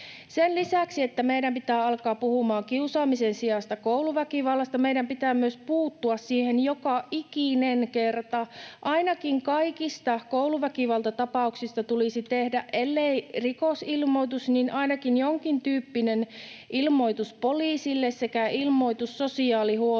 Sen lisäksi, että meidän pitää alkaa puhumaan kiusaamisen sijasta kouluväkivallasta, meidän pitää myös puuttua siihen joka ikinen kerta. Ainakin kaikista kouluväkivaltata-pauksista tulisi tehdä, ellei rikosilmoitus, niin ainakin jonkintyyppinen ilmoitus poliisille sekä ilmoitus sosiaalihuoltoon,